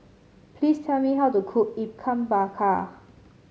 please tell me how to cook Ikan Bakar